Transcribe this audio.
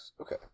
Okay